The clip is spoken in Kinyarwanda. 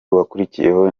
wakurikiyeho